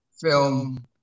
film